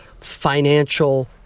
financial